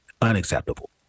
Unacceptable